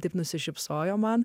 taip nusišypsojo man